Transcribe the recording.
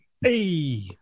Hey